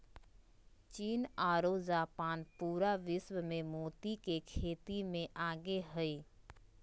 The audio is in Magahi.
चीन आरो जापान पूरा विश्व मे मोती के खेती मे आगे हय